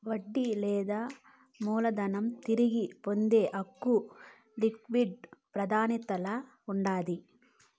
వడ్డీ లేదా మూలధనం తిరిగి పొందే హక్కు లిక్విడేట్ ప్రాదాన్యతల్ల ఉండాది